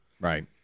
Right